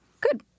good